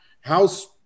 how's